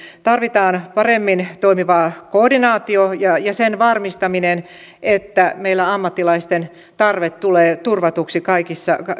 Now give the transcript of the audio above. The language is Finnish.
tarvitaan paremmin toimiva koordinaatio ja ja sen varmistaminen että meillä ammattilaisten tarve tulee turvatuksi